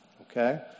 okay